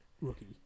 rookie